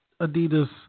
Adidas